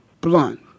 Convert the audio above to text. Blunt